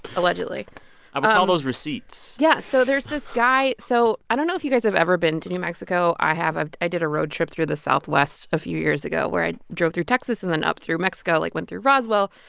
allegedly i would but call those receipts yeah, so there's this guy so i don't know if you guys have ever been to new mexico. i have. ah i did a road trip through the southwest a few years ago where i drove through texas and then up through mexico, like, went through roswell,